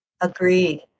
Agreed